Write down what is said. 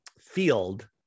field